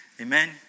Amen